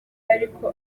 ariko